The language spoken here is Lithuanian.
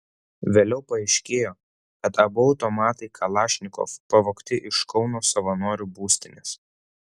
vėliau paaiškėjo kad abu automatai kalašnikov pavogti iš kauno savanorių būstinės